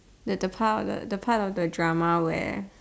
the the part of the the part of the drama where